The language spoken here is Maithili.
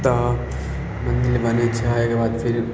तऽ मन्दिर बनय छै ओइके बाद फिर